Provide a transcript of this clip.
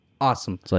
Awesome